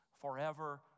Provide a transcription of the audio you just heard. forever